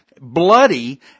bloody